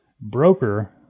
broker